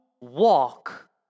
walk